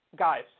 guys